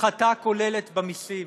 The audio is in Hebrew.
הפחתה כוללת במיסים.